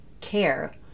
care